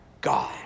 God